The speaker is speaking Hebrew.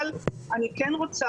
אבל אני כן רוצה